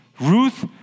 Ruth